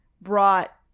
brought